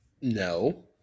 No